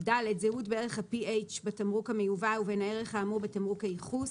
(ד)זהות בערך ה PH בתמרוק המיובא ובין הערך האמור בתמרוק הייחוס,